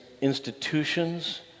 institutions